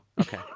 Okay